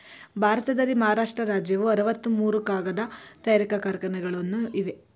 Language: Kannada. ಭಾರತದಲ್ಲಿ ಮಹಾರಾಷ್ಟ್ರ ರಾಜ್ಯವು ಅರವತ್ತ ಮೂರು ಕಾಗದ ತಯಾರಿಕಾ ಕಾರ್ಖಾನೆಗಳನ್ನು ಇವೆ